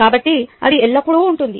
కాబట్టి అది ఎల్లప్పుడూ ఉంటుంది